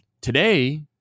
today